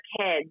kids